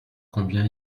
combien